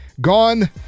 gone